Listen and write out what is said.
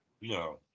No